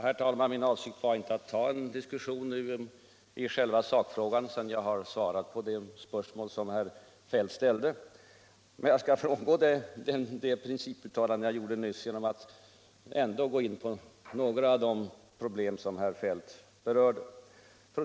Herr talman! Min avsikt var att inte ta en diskussion i själva sakfrågan sedan jag svarat på det spörsmål som herr Feldt ställt. Men jag skall frångå det principuttalande jag nyss gjorde genom att ändå ta upp några av de problem som herr Feldt berörde.